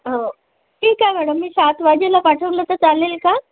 हो ठीक आहे मॅडम मी सात वाजेला पाठवलं तर चालेल का